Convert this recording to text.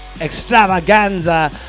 extravaganza